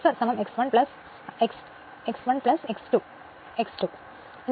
യഥാർത്ഥത്തിൽ R R1 R2 X X1 X2 X2